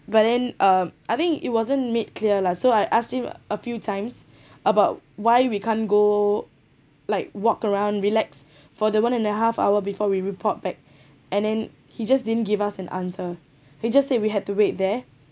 but then uh I think it wasn't made clear lah so I asked him a few times about why we can't go like walk around relax for the one and a half hour before we report back and then he just didn't give us an answer he just said we had to wait there